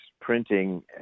printing